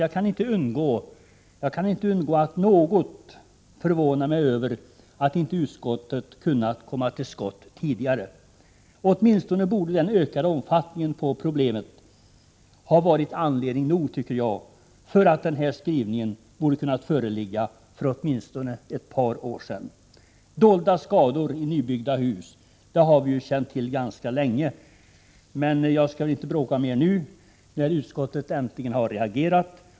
Jag kan dock inte undgå att något förvåna mig över att inte utskottet kunnat komma till skott tidigare. Åtminstone borde problemets ökade omfattning ha varit anledning nog, tycker jag, för att den här skrivningen skulle ha förelegat för åtminstone ett par år sedan. Dolda skador i nybyggda hus har vi känt till ganska länge. Men jag skall väl inte bråka mer nu när utskottet har reagerat.